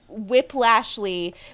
whiplashly